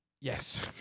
Yes